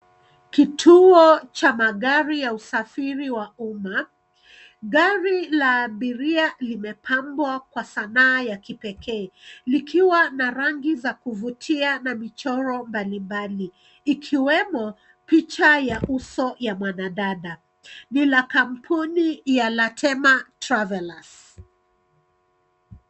Kituo cha magari ya usafiri wa umma, Gari la abiria limepambwa kwa sanaa ya kipekee likiwa na rangi za kuvutia na michoro mbalimbali ikiwemo; picha ya uso wa mwanadada. Ni la kampuni ya Latema Travellers.